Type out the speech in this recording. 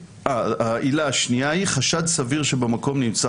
העילה השנייה היא חשד סביר שבמקום נמצא